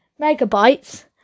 megabytes